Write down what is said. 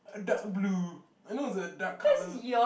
a dark blue eh no it's a dark colour